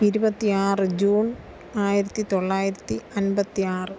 ഇരുപത്തി ആറ് ജൂൺ ആയിരത്തി തൊള്ളായിരത്തി അൻപത്തി ആറ്